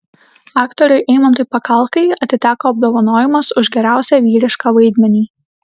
aktoriui eimantui pakalkai atiteko apdovanojimas už geriausią vyrišką vaidmenį